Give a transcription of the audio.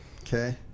Okay